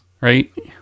Right